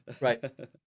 right